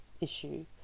issue